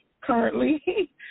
currently